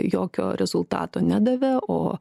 jokio rezultato nedavė o